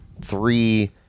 three